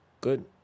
good